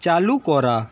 চালু করা